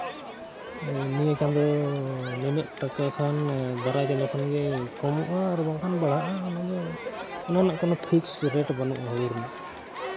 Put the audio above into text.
ᱱᱤᱭᱟᱹ ᱪᱟᱸᱫᱳ ᱱᱤᱱᱟᱹᱜ ᱴᱟᱠᱟ ᱠᱷᱟᱱ ᱫᱟᱨᱟᱭ ᱪᱟᱸᱫᱳ ᱠᱷᱟᱱᱜᱮ ᱠᱚᱢᱚᱜᱼᱟ ᱟᱨ ᱵᱟᱠᱷᱟᱱ ᱫᱚ ᱵᱟᱲᱦᱟᱜᱼᱟ ᱚᱱᱟᱫᱚ ᱚᱱᱟ ᱨᱮᱱᱟᱜ ᱠᱳᱱᱳ ᱯᱷᱤᱠᱥ ᱨᱮᱴ ᱵᱟᱹᱱᱩᱜᱼᱟ ᱦᱩᱲᱩ ᱨᱮᱱᱟᱜ